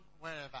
wherever